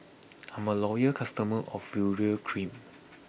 I'm a loyal customer of Urea Cream